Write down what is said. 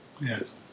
Yes